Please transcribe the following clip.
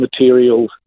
materials